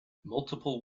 multiple